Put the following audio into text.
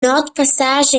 nordpassage